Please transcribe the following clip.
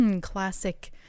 Classic